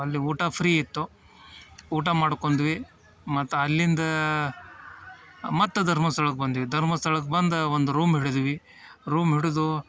ಅಲ್ಲಿ ಊಟ ಫ್ರೀ ಇತ್ತು ಊಟ ಮಾಡ್ಕೊಂಡ್ವಿ ಮತ್ತು ಅಲ್ಲಿಂದ ಮತ್ತು ಧರ್ಮಸ್ಥಳಕ್ಕೆ ಬಂದ್ವಿ ಧರ್ಮಸ್ಥಳಕ್ಕೆ ಬಂದು ಒಂದು ರೂಮ್ ಹಿಡಿದ್ವಿ ರೂಮ್ ಹಿಡಿದು